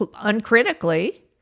uncritically